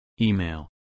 Email